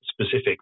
specific